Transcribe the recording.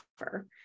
offer